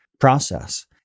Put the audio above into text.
Process